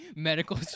Medical